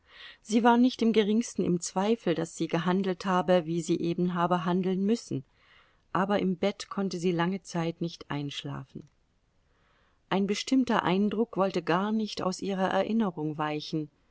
sie war nicht im geringsten im zweifel daß sie gehandelt habe wie sie eben habe handeln müssen aber im bett konnte sie lange zeit nicht einschlafen ein bestimmter eindruck wollte gar nicht aus ihrer erinnerung weichen